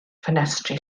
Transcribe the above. ffenestri